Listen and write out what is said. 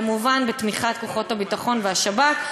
כמובן בתמיכת כוחות הביטחון והשב"כ.